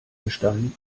gestein